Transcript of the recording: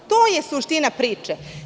To je suština priče.